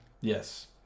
Yes